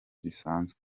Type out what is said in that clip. bisanzwe